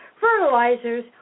fertilizers